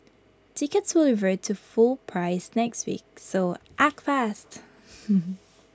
tickets will revert to full price next week so act fast